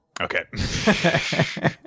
Okay